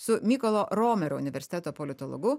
su mykolo romerio universiteto politologu